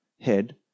head